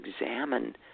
examine